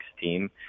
team